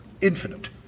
infinite